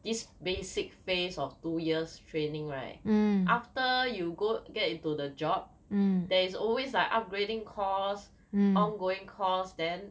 this basic phase of two years training right after you go get into the job there is always like upgrading course ongoing course then